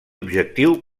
objectiu